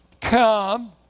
Come